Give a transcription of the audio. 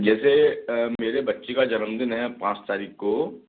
जैसे मेरे बच्ची का जन्मदिन है पाँच तारिख़ को